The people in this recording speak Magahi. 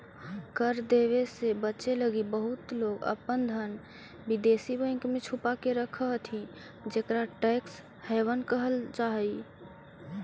कर देवे से बचे लगी बहुत लोग अपन धन विदेशी बैंक में छुपा के रखऽ हथि जेकरा टैक्स हैवन कहल जा हई